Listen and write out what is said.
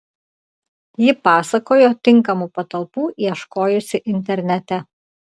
ji pasakojo tinkamų patalpų ieškojusi internete